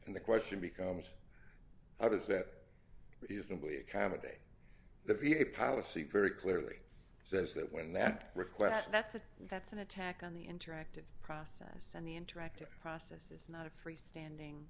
and the question becomes how does that reasonably accommodate the v a policy very clearly says that when that request that's a that's an attack on the interactive process and the interactive process is not a freestanding